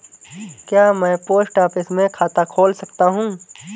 क्या मैं post office में खाता खोल सकता हूँ?